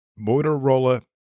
Motorola